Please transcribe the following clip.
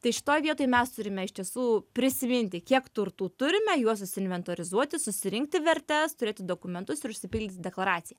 tai šitoj vietoj mes turime iš tiesų prisiminti kiek turtų turime juos susiinventorizuoti susirinkti vertes turėti dokumentus ir užsipildyti deklaraciją